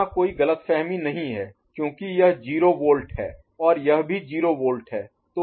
यहाँ कोई ग़लतफ़हमी नहीं है क्योंकि यह 0 वोल्ट है और यह भी 0 वोल्ट है